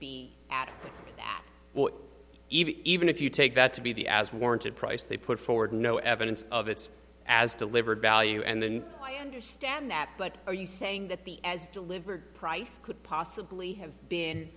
at that even if you take that to be the as warranted price they put forward no evidence of its as delivered value and then i understand that but are you saying that the as delivered price could possibly have